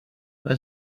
but